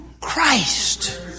Christ